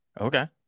Okay